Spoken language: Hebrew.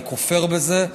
אני כופר בזה.